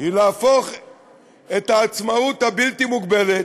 היא להפוך את העצמאות הבלתי-מוגבלת,